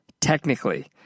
technically